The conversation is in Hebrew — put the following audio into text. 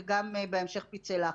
וגם בהמשך פצעי לחץ.